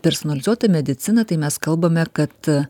personalizuota medicina tai mes kalbame kad